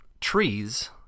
trees